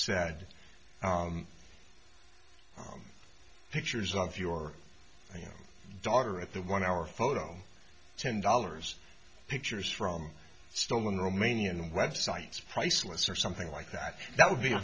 sad pictures of your daughter at the one hour photo ten dollars pictures from stolen romanian websites priceless or something like that that would be a